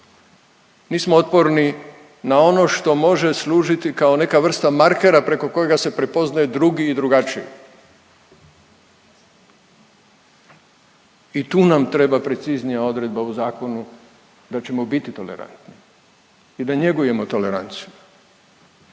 Nismo otporni na ono što može služiti kao neka vrsta markera preko kojega se prepoznaju drugi i drugačiji i tu nam treba preciznija odredba u zakonu da ćemo biti tolerantni i da njegujemo toleranciju.